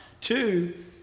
Two